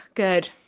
good